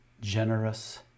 generous